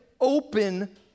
open